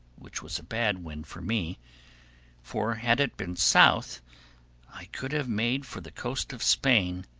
which was a bad wind for me for had it been south i could have made for the coast of spain.